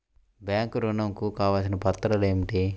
Bank ఋణం కు కావలసిన పత్రాలు ఏమిటి?